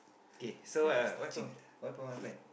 okay so what what song what happen what happen